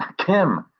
kim,